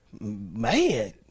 Man